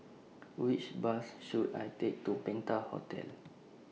Which Bus should I Take to Penta Hotel